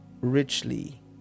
richly